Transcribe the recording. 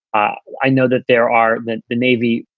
i know that there are that the navy,